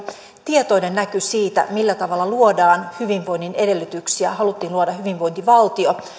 tietoinen näky siitä millä tavalla luodaan hyvinvoinnin edellytyksiä haluttiin luoda hyvinvointivaltio